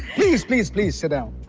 please. please. please sit down.